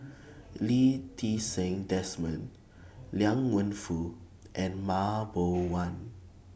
Lee Ti Seng Desmond Liang Wenfu and Mah Bow